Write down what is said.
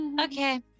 okay